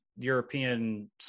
European